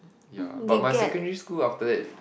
ya but my secondary school after that